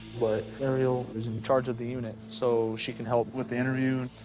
but aerial is in charge of the unit, so she can help with the interview.